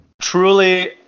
Truly